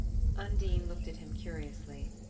undine looked at him curiously.